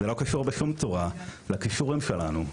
זה לא קשור בשום צורה לכישורים שלנו,